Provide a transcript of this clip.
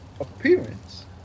appearance